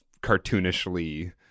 cartoonishly